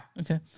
Okay